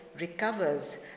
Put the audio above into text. recovers